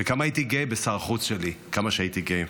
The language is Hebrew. וכמה הייתי גאה בשר החוץ שלי, כמה שהייתי גאה.